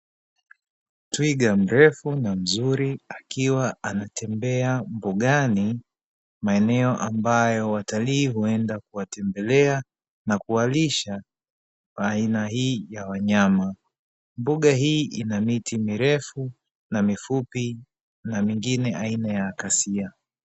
Twiga mrefu na mzuri akiwa anatembea mbugani maeneo ambayo watalii huenda kuwatembelea na kuwalisha aina hii ya wanyama mbuga hii inamiti mirefu na mifupi na mengine aina ya kasia